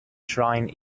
shrine